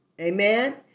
Amen